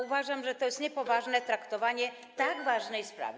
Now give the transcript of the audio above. Uważam, że to jest niepoważne traktowanie tak ważnej sprawy.